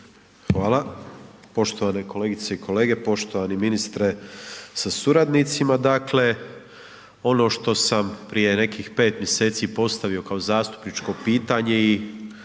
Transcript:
Hvala. Poštovane kolegice i kolege, poštovani ministre sa suradnicima. Dakle, ono što sam prije nekih 5 mj. postavio kao zastupničko pitanje i